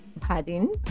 pardon